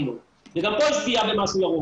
וגם פה יש פגיעה במשהו ירוק,